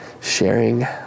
sharing